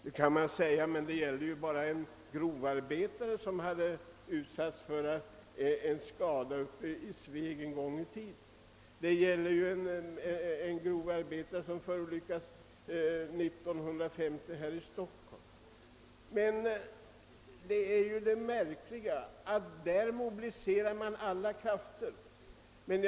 Man kan visserligen säga att det bara gäller en grovarbetare, som en gång i tiden utsattes för en skada i Sveg, och en annan grovarbetare, som råkade ut för en olycka år 1950 här i Stockholm. Det märkliga är emellertid att man mobiliserar alla krafter i just dessa fall.